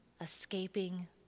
escaping